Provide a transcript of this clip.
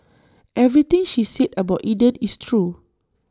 everything she said about Eden is true